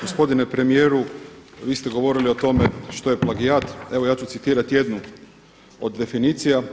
Gospodine premijeru, vi ste govorili o tome što je plagijat, evo ja ću citirati jednu od definicija.